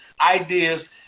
ideas